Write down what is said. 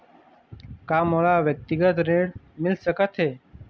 का मोला व्यक्तिगत ऋण मिल सकत हे?